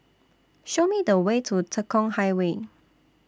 Show Me The Way to Tekong Highway